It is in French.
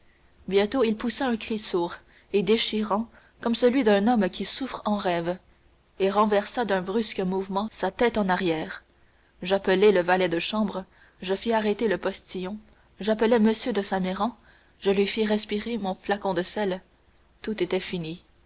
bientôt il poussa un cri sourd et déchirant comme celui d'un homme qui souffre en rêve et renversa d'un brusque mouvement sa tête en arrière j'appelai le valet de chambre je fis arrêter le postillon j'appelai m de saint méran je lui fis respirer mon flacon de sels tout était fini